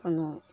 ओहिमे